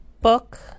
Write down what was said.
book